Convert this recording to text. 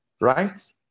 right